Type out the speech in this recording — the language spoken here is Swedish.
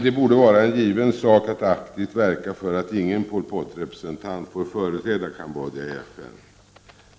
Det borde vara en given sak att aktivt verka för att ingen Pol Pot-representant får företräda Kambodja i FN.